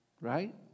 right